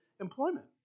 employment